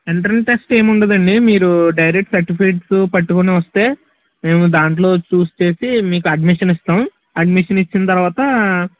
entrance test ఏముండదండి మీరు direct certificates పట్టుకొని వస్తే మేము దాంట్లో చూజ్ చేసి మీకు అడ్మిషన్ ఇస్తాము అడ్మిషన్ ఇచ్చిన తరువాత